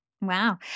Wow